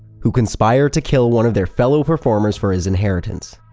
who conspire to kill one of their fellow performers for his inheritance.